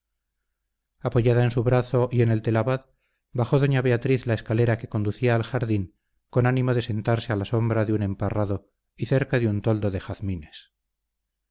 apoyada en su brazo y en el del abad bajó doña beatriz la escalera que conducía al jardín con ánimo de sentarse a la sombra de un emparrado y cerca de un toldo de jazmines